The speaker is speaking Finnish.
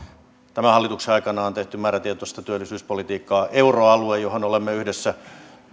tämän hallituksen aikana on tehty määrätietoista työllisyyspolitiikkaa euroalue johon olemme yhdessä